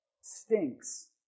stinks